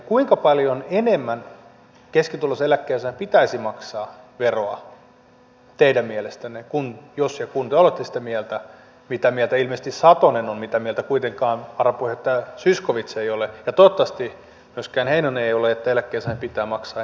kuinka paljon enemmän keskituloisen eläkkeensaajan pitäisi maksaa veroa teidän mielestänne jos ja kun te olette sitä mieltä mitä mieltä ilmeisesti satonen on mitä mieltä kuitenkaan varapuheenjohtaja zyskowicz ei ole ja toivottavasti myöskään heinonen ei ole että eläkkeensaajan pitää maksaa enemmän veroa